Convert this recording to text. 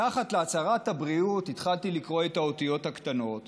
מתחת להצהרת הבריאות התחלתי לקרוא את האותיות הקטנות,